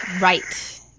Right